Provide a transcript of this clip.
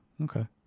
okay